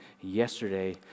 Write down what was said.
yesterday